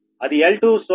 అది L2